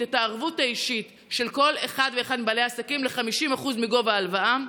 את הערבות האישית של כל אחד ואחד מבעלי העסקים ל-50% מגובה ההלוואה,